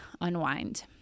unwind